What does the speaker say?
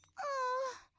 oh,